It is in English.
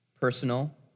Personal